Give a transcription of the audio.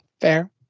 Fair